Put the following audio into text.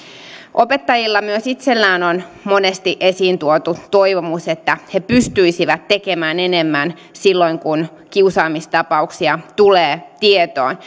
opettajilla itsellään on monesti esiin tuotu toivomus että he pystyisivät tekemään enemmän silloin kun kiusaamistapauksia tulee tietoon